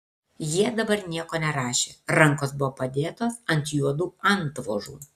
jie dabar nieko nerašė rankos buvo padėtos ant juodų antvožų